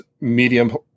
medium